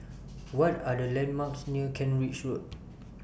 What Are The landmarks near Kent Ridge Road